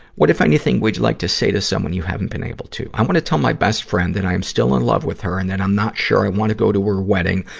what, if anything, would you like to say to someone you haven't been able to? i wanna tell my best friend that i am still in love with her and that i'm not sure i wanna go to her wedding,